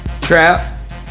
Trap